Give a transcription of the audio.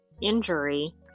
injury